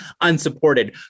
unsupported